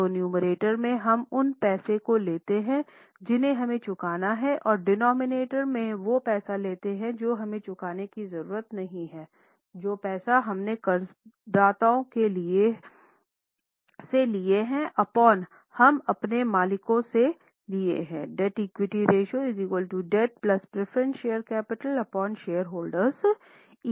तो नुमेरटर में हम उन पैसों को लेते है जिन्हें हमें चुकाना है और डोनोमिनेटर में वो पैसा है जो हमें चुकाने की जरूरत नहीं है जो पैसा हमने कर्जदाताओं से लिया है अपॉन जो हमने मालिकों से लिया है